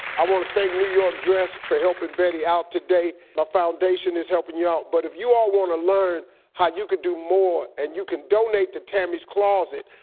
i wanna thank new york dress for helping betty out today. my foundation is helping you out, but if you all wanna learn how you could do more and you can donate to tammy's closet,